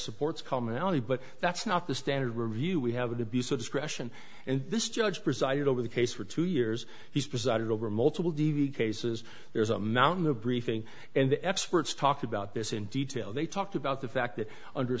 supports commonality but that's not the standard review we have to be so discretion and this judge presided over the case for two years he's presided over multiple d v cases there is a mountain of briefing and the expert talked about this in detail they talked about the fact that under